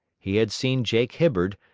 he had seen jake hibbard,